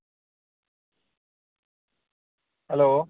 hello